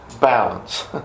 balance